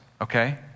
okay